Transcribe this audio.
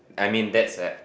I'm in that's a